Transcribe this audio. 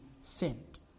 sent